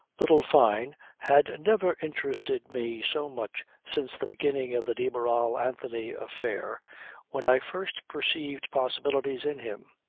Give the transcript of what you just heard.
little fyne had never interested me so much since the beginning of the de barral-anthony affair when i first perceived possibilities in him.